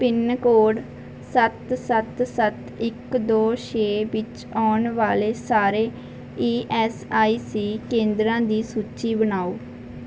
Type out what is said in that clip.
pin code ਸੱਤ ਸੱਤ ਸੱਤ ਇੱਕ ਦੋ ਛੇ ਵਿੱਚ ਆਉਣ ਵਾਲੇ ਸਾਰੇ ਈ ਐੱਸ ਆਈ ਸੀ ਕੇਂਦਰਾਂ ਦੀ ਸੂਚੀ ਬਣਾਓ